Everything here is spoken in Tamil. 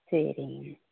சரிங்க